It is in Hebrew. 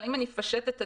אבל אם אפשט את הדברים,